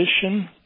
position